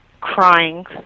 crying